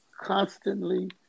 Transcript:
constantly